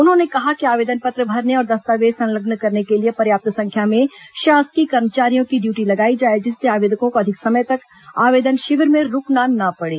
उन्होंने कहा कि आवेदन पत्र भरने और दस्तावेज संलग्न करने के लिए पर्याप्त संख्या में शासकीय कर्मचारियों की ड्यूटी लगाई जाए जिससे आवेदकों को अधिक समय तक आवेदन शिविर में रूकना न पड़े